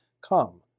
Come